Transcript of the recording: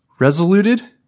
resoluted